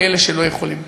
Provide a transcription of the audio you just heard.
לאלה שלא יכולים.